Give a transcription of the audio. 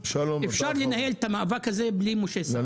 אפשר לנהל את המאבק הזה בלי משה סעדה.